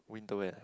winter wear